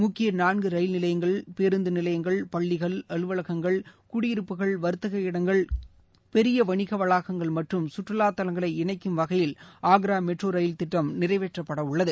முக்கிய நான்கு ரயில் நிலையங்கள் பேருந்து நிலையங்கள் பள்ளிகள் அலுவலகங்கள் குடியிருப்புகள் வர்த்தக இடங்கள் பெரிய வணிக வளாகங்கள் மற்றும் கற்றுவா தவங்களை இணைக்கும் வகையில் ஆக்ரா மெட்ரோ ரயில் திட்டம் நிறைவேற்றப்படவுள்ளது